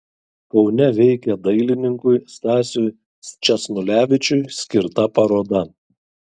kaune veikia dailininkui stasiui sčesnulevičiui skirta paroda